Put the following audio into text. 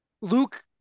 Luke